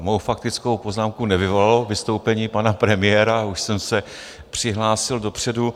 Mou faktickou poznámku nevyvolalo vystoupení pana premiéra, už jsem se přihlásil dopředu.